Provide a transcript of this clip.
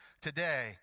today